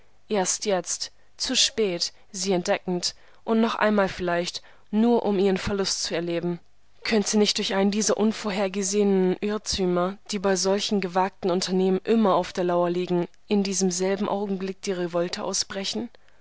erst jetzt zu spät sie entdeckend und noch einmal vielleicht nur um ihren verlust zu erleben könnte nicht durch einen dieser unvorhergesehenen irrtümer die bei solchen gewagten unternehmen immer auf der lauer liegen in diesem selben augenblick die revolte ausbrechen